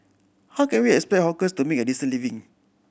how can we expect hawkers to make a decent living